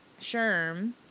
Sherm